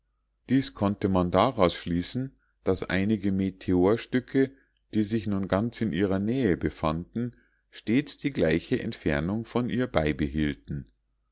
dies konnte man daraus schließen daß einige meteorstücke die sich nun ganz in ihrer nähe befanden stets die gleiche entfernung von ihr beibehielten